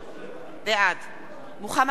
בעד מוחמד ברכה,